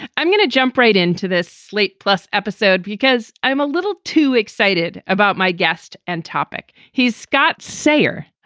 i'm going to jump right into this slate plus episode because i'm a little too excited about my guest and topic. he's scott sayer,